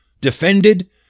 defended